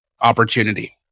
Opportunity